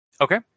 Okay